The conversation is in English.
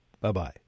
Bye-bye